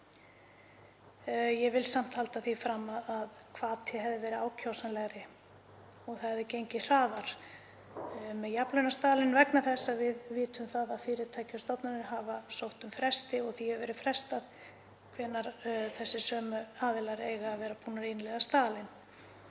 Ég vil samt halda því fram að hvati hefði verið ákjósanlegri og það hefði gengið hraðar með jafnlaunastaðallinn. Við vitum að fyrirtæki og stofnanir hafa sótt um fresti en því hefur verið frestað hvenær þessir sömu aðilar eiga að vera búnir að innleiða staðalinn.